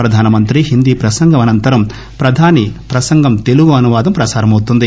ప్రధానమంత్రి హిందీ ప్రసంగం అనంతరం ప్రధాని ప్రసంగం తెలుగు అనువాదం ప్రసారమౌతుంది